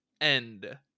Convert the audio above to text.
end